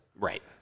Right